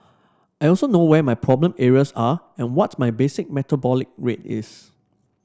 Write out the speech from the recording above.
I also know where my problem areas are and what my basic metabolic rate is